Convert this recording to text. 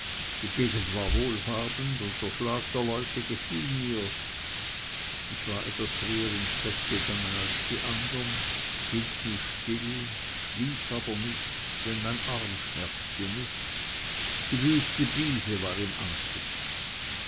die gegend war wohlhabend und der schlag der leute gefiel mir ich war etwas früher ins bett gegangen als die andern hielt mich still schlief aber nicht denn mein arm schmerzte mich die wüste bise war im anzug